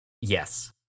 Yes